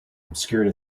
obscured